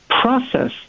process